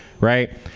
right